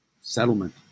settlement